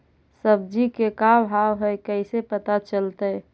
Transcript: सब्जी के का भाव है कैसे पता चलतै?